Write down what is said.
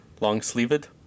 Long-sleeved